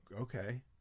okay